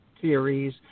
theories